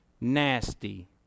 nasty